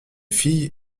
fille